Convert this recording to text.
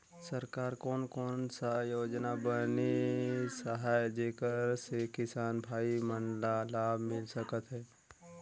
सरकार कोन कोन सा योजना बनिस आहाय जेकर से किसान भाई मन ला लाभ मिल सकथ हे?